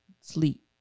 sleep